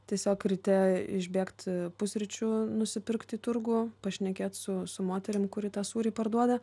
tiesiog ryte išbėgt pusryčių nusipirkt į turgų pašnekėt su su moterim kuri tą sūrį parduoda